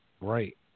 right